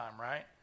right